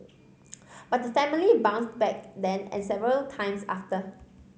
but the family bounced back then and several times after